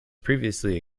previously